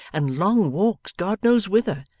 and long walks god knows whither.